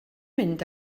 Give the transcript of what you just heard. mynd